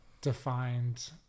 defined